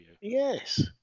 Yes